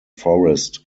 forest